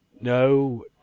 No